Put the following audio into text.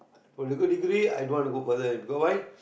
if you got degree i don't want to go further because why